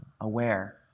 aware